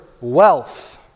wealth